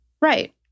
Right